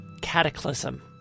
cataclysm